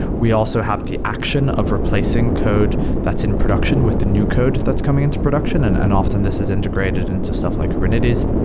we also have the action of replacing code that's in production with the new code that's coming into production, and and often this is integrated into stuff like kubernetes.